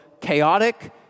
chaotic